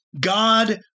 God